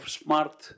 smart